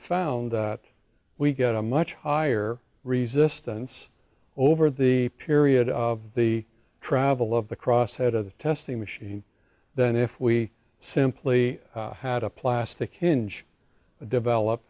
found that we get a much higher resistance over the period of the travel of the cross head of the testing machine than if we simply had a plastic hinge develop